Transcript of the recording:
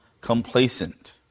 complacent